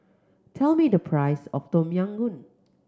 tell me the price of Tom Yam Goong